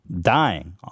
dying